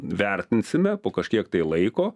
vertinsime po kažkiek tai laiko